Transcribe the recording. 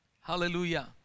Hallelujah